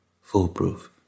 foolproof